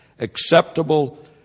acceptable